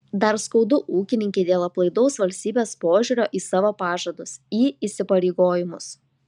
dar skaudu ūkininkei dėl aplaidaus valstybės požiūrio į savo pažadus į įsipareigojimus